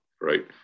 right